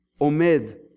Omed